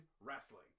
wrestling